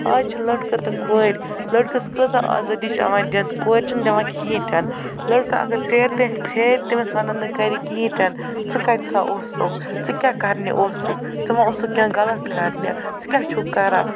اَز چھِ لٔڑکہٕ تہٕ کورِ لٔڑکس کٔژا آزٲدی چھِ یِوان دِنہٕ کورِ چھِنہٕ دِوان کِہیٖنٛۍ تہِ نہٕ لٔڑکہٕ اگر ژیٖر تانٮ۪تھ پھیرِ تٔمِس وَنن نہٕ گَرِ کِہیٖنٛۍ تہِ نہٕ ژٕ کَتہِ سا اوسُکھ ژٕ کیٛاہ کَرنہِ اوسُکھ ژٕ ما اوسُکھ کیٚنٛہہ غلط کَرنہِ ژٕ کیٛاہ چھُکھ کَران